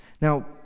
Now